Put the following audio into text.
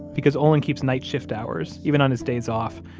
because olin keeps night shift hours even on his days off,